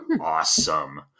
awesome